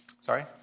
Sorry